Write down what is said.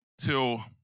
till